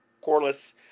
Corliss